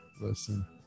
listen